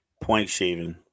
Point-shaving